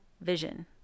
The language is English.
vision